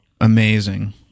amazing